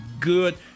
good